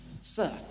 Sir